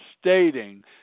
stating